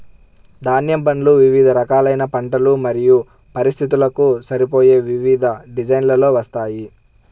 ధాన్యం బండ్లు వివిధ రకాలైన పంటలు మరియు పరిస్థితులకు సరిపోయే వివిధ డిజైన్లలో వస్తాయి